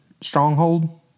Stronghold